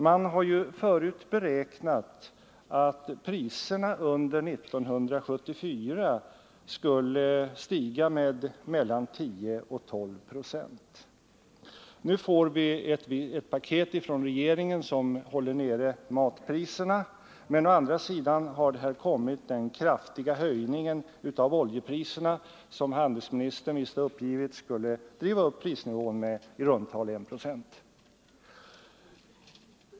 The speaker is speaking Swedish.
Man har ju förut beräknat att priserna under 1974 skulle stiga med mellan 10 och 12 procent. Nu får vi ett paket från regeringen som håller matpriserna nere, men å andra sidan har här kommit den kraftiga höjningen av oljepriserna som handelsministern har uppgivit skulle driva upp prisnivån med i runt tal 1 procent.